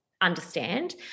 understand